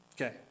Okay